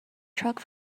truck